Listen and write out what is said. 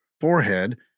forehead